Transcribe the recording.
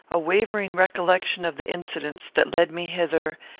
a wavering recollection of the incidents that led me hither,